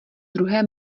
druhé